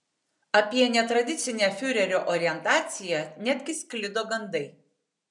apie netradicinę fiurerio orientaciją netgi sklido gandai